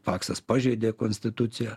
paksas pažeidė konstituciją